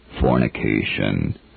fornication